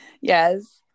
Yes